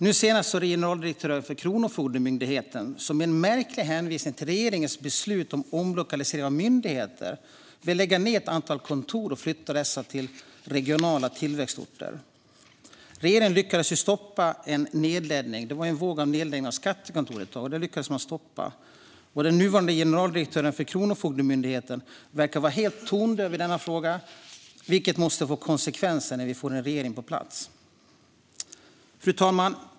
Nu senast är det generaldirektören för Kronofogdemyndigheten som med en märklig hänvisning till regeringens beslut om omlokalisering av myndigheter vill lägga ned ett antal kontor och flytta dessa till regionala tillväxtorter. Regeringen lyckades stoppa en våg av nedläggningar av skattekontor. Den nuvarande generaldirektören för Kronofogdemyndigheten verkar vara helt tondöv i denna fråga, vilket måste få konsekvenser när vi får en regering på plats. Fru talman!